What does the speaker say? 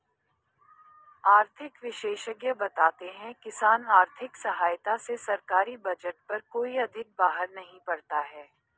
आर्थिक विशेषज्ञ बताते हैं किसान आर्थिक सहायता से सरकारी बजट पर कोई अधिक बाहर नहीं पड़ता है